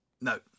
No